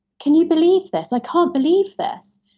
can you believe this? i can't believe this.